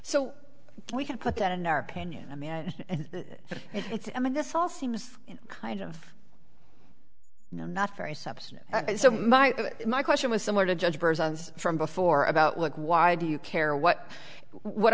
so we can put that in our opinion i mean it's i mean this all seems kind of not very substantive so my my question was somewhere to judge from before about like why do you care what what